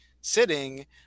sitting